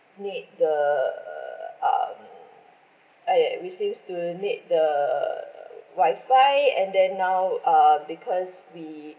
need the um !aiya! we seems to need the wifi and then now uh because we